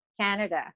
Canada